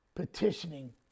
petitioning